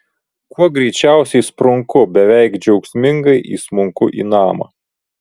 kuo greičiausiai sprunku beveik džiaugsmingai įsmunku į namą